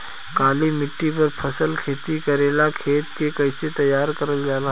काली मिट्टी पर फसल खेती करेला खेत के कइसे तैयार करल जाला?